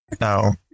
No